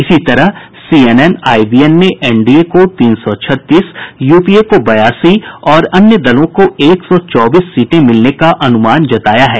इसी तरह CNN IBN ने एनडीए को तीन सौ छत्तीस यूपीए को बयासी और अन्य दलों को एक सौ चौबीस सीटें मिलने का अनुमान जताया है